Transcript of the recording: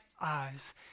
eyes